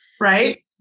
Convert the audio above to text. right